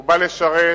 בא לשרת